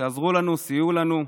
שעזרו לנו וסייעו לנו.